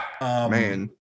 man